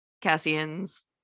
Cassian's